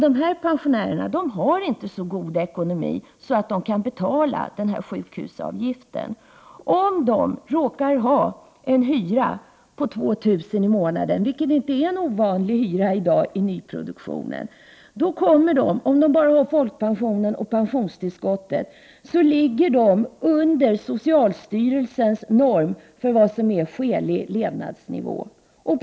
Dessa pensionärer har inte så god ekonomi att de kan betala sjukhusavgiften. Om de råkar ha en hyra på 2 000 kr. i månaden -— vilket inte är någon ovanlig hyra i dag i nyproduktionen — ligger de som bara har folkpension och pensionstillskott under socialstyrelsens norm för vad som är en skälig levnadsstandard.